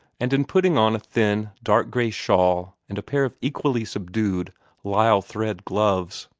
and in putting on a thin dark-gray shawl and a pair of equally subdued lisle-thread gloves.